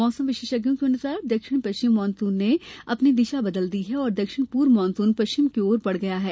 मौसम विशेषज्ञों के अनुसार दक्षिण पश्चिम मानसून ने अपनी दिशा बदल दी है और दक्षिण पूर्व मानसून पश्चिम की ओर बढ़ गया है